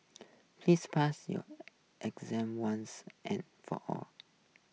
please pass your exam once and for all